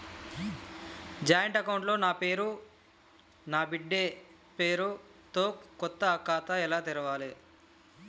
Joint account లో నా పేరు నా బిడ్డే పేరు తో కొత్త ఖాతా ఎలా తెరవాలి?